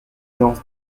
lance